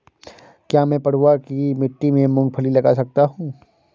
क्या मैं पडुआ की मिट्टी में मूँगफली लगा सकता हूँ?